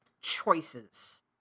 choices